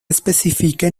especifica